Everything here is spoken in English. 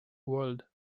world